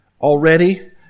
already